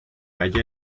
halla